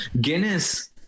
Guinness